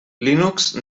linux